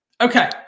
Okay